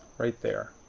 right there.